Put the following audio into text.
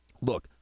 look